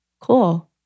cool